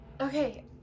okay